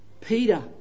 Peter